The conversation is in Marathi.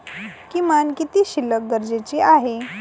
किमान किती शिल्लक गरजेची आहे?